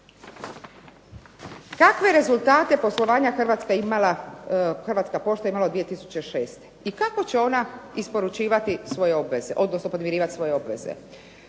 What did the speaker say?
Takve rezultate poslovanja Hrvatska je imala, "Hrvatska pošta" je imala od 2006. i kako će ona isporučivati svoje obveze, odnosno podmirivati svoje obveze?